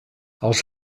als